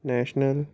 national